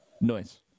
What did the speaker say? Noise